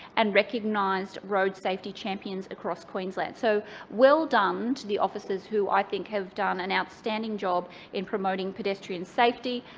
and recognised road safety champions across queensland. so well done to the officers who, i think, have done an outstanding job in promoting pedestrian safety.